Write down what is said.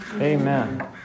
Amen